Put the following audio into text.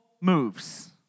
moves